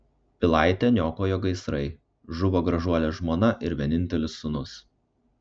pilaitę niokojo gaisrai žuvo gražuolė žmona ir vienintelis sūnus